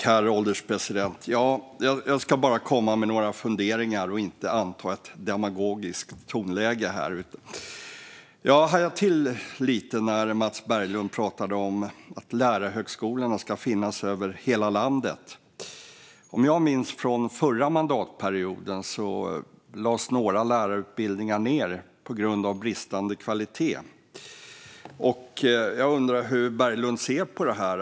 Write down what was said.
Herr ålderspresident! Jag ska bara komma med några funderingar och inte anta ett demagogiskt tonläge här. Jag hajade till lite när Mats Berglund pratade om att lärarhögskolorna ska finnas över hela landet. Om jag minns rätt från förra mandatperioden lades några lärarutbildningar ned på grund av bristande kvalitet. Jag undrar hur Berglund ser på det här.